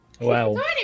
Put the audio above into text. Wow